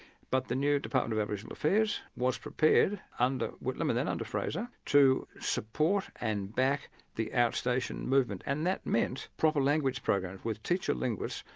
but the new department of aboriginal affairs was prepared, under whitlam and then under fraser, to support and back the outstation movement and that meant proper language programs with teacher-linguists,